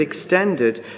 extended